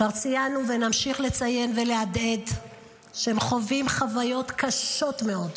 כבר ציינו ונמשיך לציין ולהדהד שהם חווים חוויות קשות מאוד.